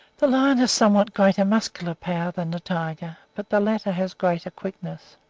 the lion has somewhat greater muscular power than the tiger, but the latter has greater quickness.